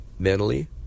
mentally